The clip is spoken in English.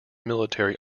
military